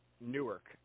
Newark